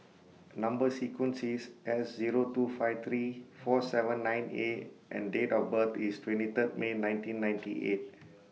Number sequence IS S Zero two five three four seven nine A and Date of birth IS twenty three May nineteen ninety eight